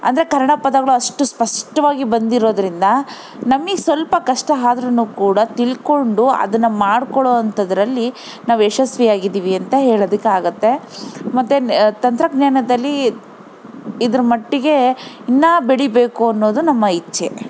ಅಂದರೆ ಕನ್ನಡ ಪದಗಳು ಅಷ್ಟು ಸ್ಪಷ್ಟ್ವಾಗಿ ಬಂದಿರೋದ್ರಿಂದ ನಮಿಗೆ ಸ್ವಲ್ಪ ಕಷ್ಟ ಆದ್ರುನು ಕೂಡ ತಿಳ್ಕೊಂಡು ಅದನ್ನು ಮಾಡ್ಕೊಳ್ಳೋ ಅಂಥದ್ರಲ್ಲಿ ನಾವು ಯಶಸ್ವಿಯಾಗಿದ್ದೀವಿ ಅಂತ ಹೇಳೊದಕಾಗತ್ತೆ ಮತ್ತು ತಂತ್ರಜ್ಞಾನದಲ್ಲಿ ಇದ್ರ ಮಟ್ಟಿಗೆ ಇನ್ನೂ ಬೆಳಿಬೇಕು ಅನ್ನೋದು ನಮ್ಮ ಇಚ್ಛೆ